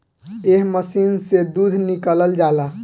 एह मशीन से दूध निकालल जाला